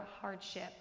hardship